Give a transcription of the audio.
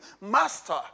Master